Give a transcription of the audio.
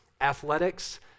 athletics